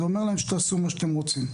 זה אומר להם שתעשו מה שאתם רוצים.